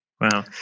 Wow